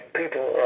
people